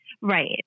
Right